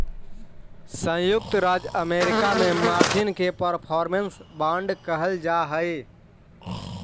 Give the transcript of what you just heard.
संयुक्त राज्य अमेरिका में मार्जिन के परफॉर्मेंस बांड कहल जा हलई